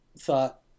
thought